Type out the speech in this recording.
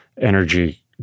Energy